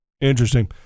Interesting